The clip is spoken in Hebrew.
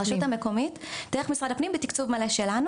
הן העסקה ישירה של הרשות המקומית דרך משרד הפנים בתקצוב מלא שלנו,